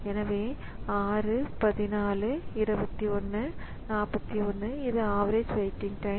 எனவே 6 14 பிளஸ் 21 41 இது average waiting time